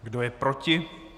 Kdo je proti?